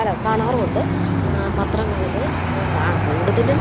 അല്ല കാണാറും ഉണ്ട് പത്രങ്ങളിൽ ആ കൂടുതലും